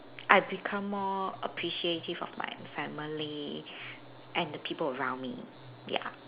I become more appreciative of my family and the people around me ya